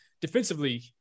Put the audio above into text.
defensively